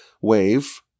wave